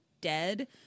dead